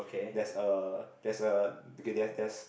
there's a there's a ok there's there's